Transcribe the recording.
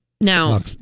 Now